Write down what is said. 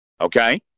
Okay